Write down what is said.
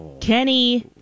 Kenny